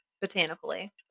Botanically